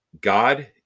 God